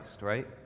right